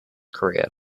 korea